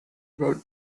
über